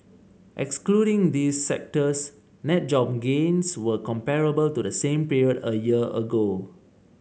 excluding these sectors net job gains were comparable to the same period a year ago